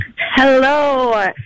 hello